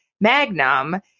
Magnum